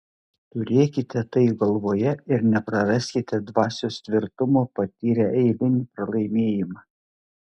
turėkite tai galvoje ir nepraraskite dvasios tvirtumo patyrę eilinį pralaimėjimą